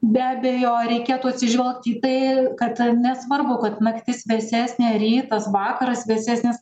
be abejo reikėtų atsižvelgt į tai kad nesvarbu kad naktis vėsesnė rytas vakaras vėsesnis